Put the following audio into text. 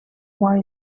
why